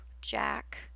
Jack